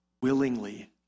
willingly